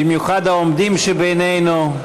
במיוחד העומדים שבינינו.